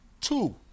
Two